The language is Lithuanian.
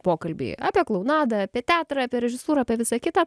pokalbį apie klounadą apie teatrą apie režisūrą apie visa kita